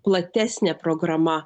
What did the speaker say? platesnė programa